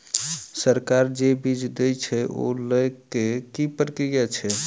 सरकार जे बीज देय छै ओ लय केँ की प्रक्रिया छै?